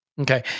Okay